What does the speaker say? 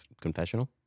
confessional